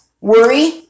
worry